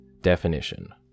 Definition